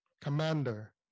commander